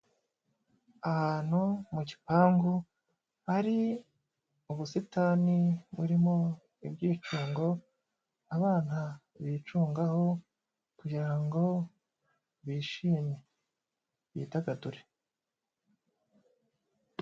Ahantu mu gipangu hari ubusitani burimo ibyicungo, abana bicungaho kugira ngo bishime, bidagadure.